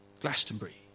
Glastonbury